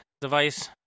device